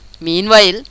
Meanwhile